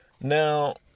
Now